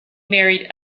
married